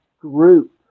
group